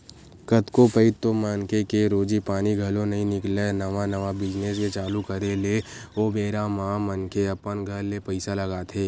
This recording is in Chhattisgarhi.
कतको पइत तो मनखे के रोजी पानी घलो नइ निकलय नवा नवा बिजनेस के चालू करे ले ओ बेरा म मनखे अपन घर ले पइसा लगाथे